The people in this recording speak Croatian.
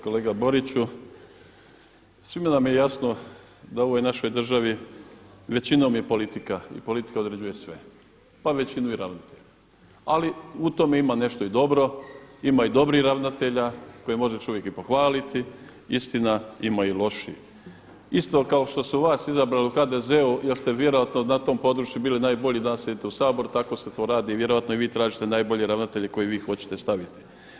Kolega Boriću, svima nam je jasno da u ovoj našoj državi većinom je politika i politika određuje sve, pa većinu i ravnatelja ali u tome ima nešto i dobro, ima i dobrih ravnatelja koje može čovjek i pohvaliti, istina ima i loših isto kao što su vas izabrali u HDZ-u jer ste vjerojatno na tom području bili najbolji i danas sjedite u Saboru, tako se to radi, vjerojatno i vi tražite najbolje ravnatelje koje vi hoćete staviti.